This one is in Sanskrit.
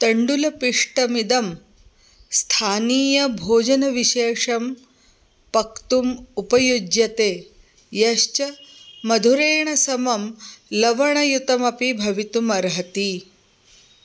तण्डुलपिष्टमिदं स्थानीयभोजनविशेषं पक्तुम् उपयुज्यते यश्च मधुरेण समं लवणयुतमपि भवितुम् अर्हति